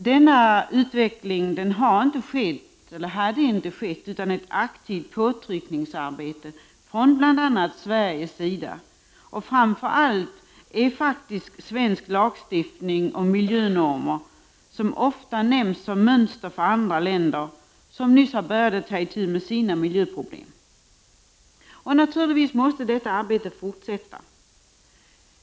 Denna utveckling hade inte skett utan ett aktivt påtryckningsarbete från bl.a. Sveriges sida, och det är framför allt svensk lagstiftning och svenska normer som ofta nämns som mönster för andra länder, som nyss har börjat ta itu med sina miljöproblem. Naturligtvis måste detta arbete fortsätta.